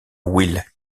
will